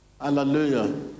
hallelujah